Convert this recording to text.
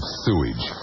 sewage